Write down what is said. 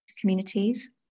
communities